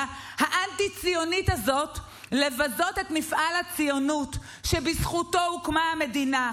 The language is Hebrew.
האנטי-ציונית הזאת לבזות את מפעל הציונות שבזכותו הוקמה המדינה?